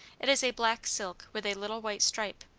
it is a black silk with a little white stripe.